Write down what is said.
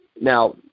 Now